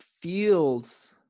feels